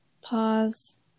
Pause